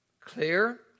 clear